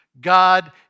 God